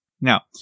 Now